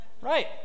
Right